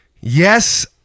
Yes